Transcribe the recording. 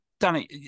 Danny